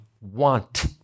want